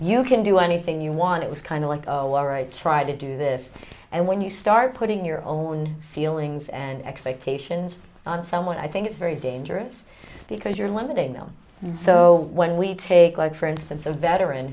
you can do anything you want it was kind of like trying to do this and when you start putting your own feelings and expectations on someone i think it's very dangerous because you're limiting them so when we take like for instance a veteran